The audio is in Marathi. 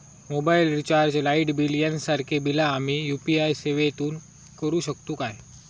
मोबाईल रिचार्ज, लाईट बिल यांसारखी बिला आम्ही यू.पी.आय सेवेतून करू शकतू काय?